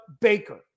Baker